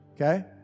Okay